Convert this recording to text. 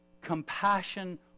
compassion